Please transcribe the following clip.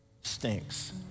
stinks